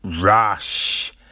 Rush